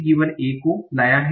a को लाया है